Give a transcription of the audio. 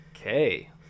Okay